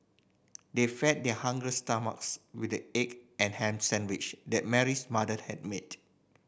they fed their hungry stomachs with the egg and ham sandwiches that Mary's mother had made